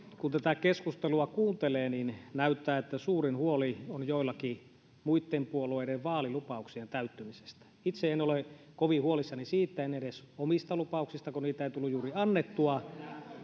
kun tätä keskustelua kuuntelee niin näyttää että suurin huoli joillakin on muitten puolueitten vaalilupauksien täyttymisestä itse en ole kovin huolissani siitä en edes omista lupauksistani kun niitä ei tullut juuri annettua